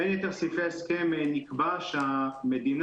בין יתר סעיפי ההסכם נקבע שהמדינה,